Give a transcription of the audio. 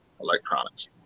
electronics